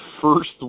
first